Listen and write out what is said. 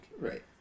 Right